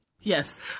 yes